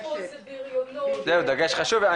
דגש חשוב,